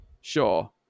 sure